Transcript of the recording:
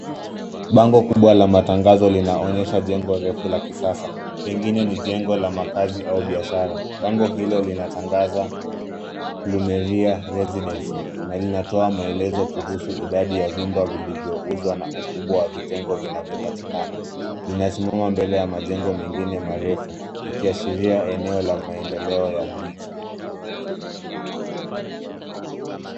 Bango kubwa la matangazo linaonyesha jengo refu la kisasa pengine ni jengo la makazi au biashara. Bango hilo linatangaza Plumeria Residency na linatoa maelezo kuhusu idadi ya vyumba vilivyouzwa na ukubwa wa vijengo vinavyopatikana . Linasimama mbele ya majengo mengine marefu ikiashiria eneo la maendeleo ya miji.